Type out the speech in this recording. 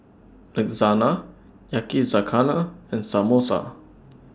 Lasagna Yakizakana and Samosa